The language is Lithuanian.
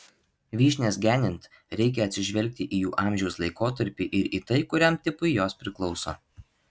vyšnias genint reikia atsižvelgti į jų amžiaus laikotarpį ir į tai kuriam tipui jos priklauso